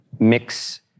mix